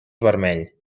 vermell